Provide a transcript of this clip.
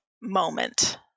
moment